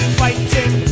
fighting